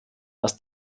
was